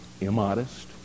immodest